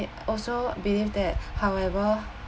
and also believe that however